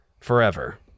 Forever